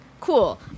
Cool